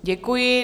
Děkuji.